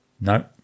no